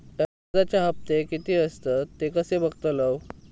कर्जच्या हप्ते किती आसत ते कसे बगतलव?